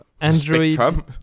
android